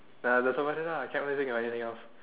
that's about it lah can't even think of anything else